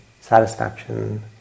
satisfaction